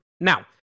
Now